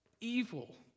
evil